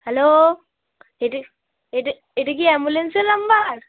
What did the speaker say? hello এটা এটা এটা কি অ্যাম্বুলেন্সের নম্বর